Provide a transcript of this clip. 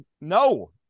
no